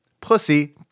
pussy